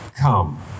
come